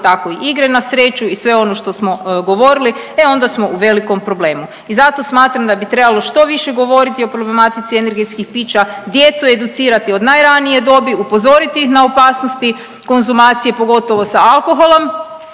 tako i igre na sreću i sve ono što smo govorili, e onda smo u velikom problemu. I zato smatram da bi trebalo što više govoriti o problematici energetskih pića, djecu educirati od najranije dobi, upozoriti na ih opasnosti konzumacije, pogotovo sa alkoholom